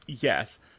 Yes